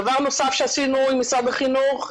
דבר נוסף שעשינו עם משרד החינוך,